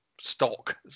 stock